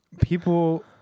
people